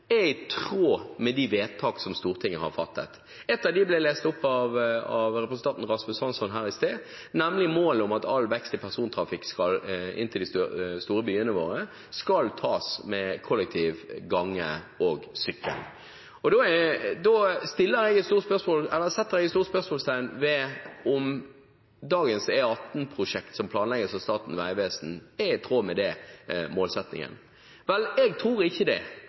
er i tråd med de vedtak som Stortinget har fattet. Ett av dem ble lest opp av representanten Rasmus Hansson her i sted, nemlig målet om at all vekst i persontrafikk inn til de store byene våre skal tas med kollektiv transport, gange og sykkel. Da setter jeg et stort spørsmålstegn ved om dagens E18-prosjekt som planlegges av Statens vegvesen, er i tråd med den målsettingen. Jeg tror ikke det.